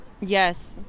Yes